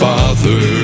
Father